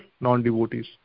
non-devotees